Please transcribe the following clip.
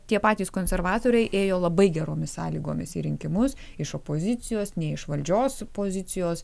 tie patys konservatoriai ėjo labai geromis sąlygomis į rinkimus iš opozicijos nei iš valdžios pozicijos